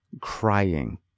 crying